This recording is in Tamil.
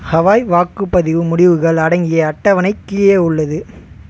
ஹவாய் வாக்குப்பதிவு முடிவுகள் அடங்கிய அட்டவணை கீழே உள்ளது